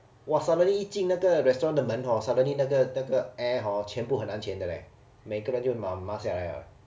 what suddenly 进那个 restaurant 的门 hor suddenly 那个那个 air hor 全部很安全的 leh 每个人就拿 mask 下来了 leh